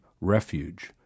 refuge